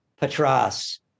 Patras